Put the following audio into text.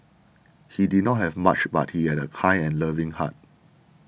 he did not have much but he had a kind and loving heart